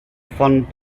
von